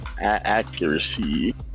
Accuracy